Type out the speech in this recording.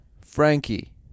Frankie